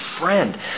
friend